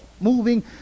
moving